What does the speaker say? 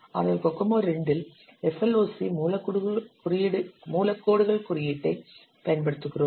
ஆனால் Kokomo II இல் SLOC மூல கோடுகள் குறியீட்டைப் பயன்படுத்துகிறோம்